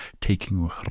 taking